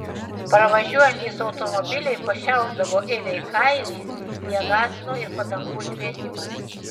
pravažiuojantys automobiliai pašiaušdavo elei kailį ją gąsdino ir padangų žviegimas